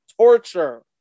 torture